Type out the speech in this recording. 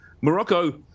Morocco